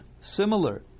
similar